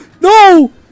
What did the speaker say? No